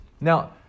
Now